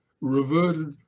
reverted